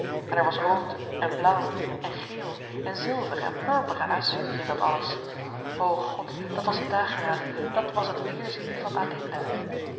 en er was rood en blauw en geel en zilver en purper en azuur in dat alles o god dat was de dageraad dat was het weerzien van